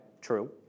true